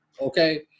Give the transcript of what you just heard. Okay